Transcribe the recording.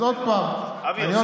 אז עוד פעם, אבי, עושים שימוש לרעה.